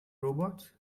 robots